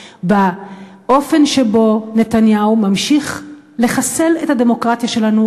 באופן שבו נתניהו ממשיך לחסל את הדמוקרטיה שלנו,